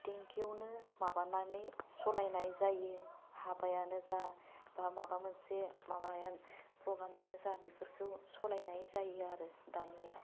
थिंखियावनो माबानानै सलायनाय जायो हाबायानो जा बा माबा मोनसे माबायानो प्रग्रामआनो जा बेफोरखौ सलायनाय जायो आरो दानिया